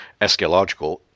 eschatological